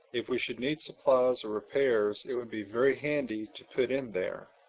if we should need supplies or repairs it would be very handy to put in there.